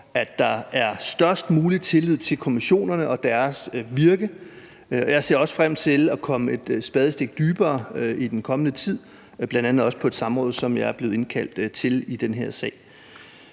at der er størst mulig tillid til kommissionerne og deres virke, og at jeg også ser frem til at komme et spadestik dybere i den kommende tid, bl.a. også på et samråd, som jeg er blevet indkaldt til i den her sag.